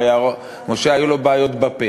הרי משה, היו לו בעיות בפה.